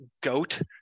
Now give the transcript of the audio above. goat